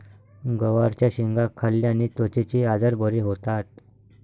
गवारच्या शेंगा खाल्ल्याने त्वचेचे आजार बरे होतात